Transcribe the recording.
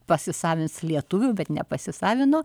pasisavins lietuvių bet nepasisavino